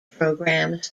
programs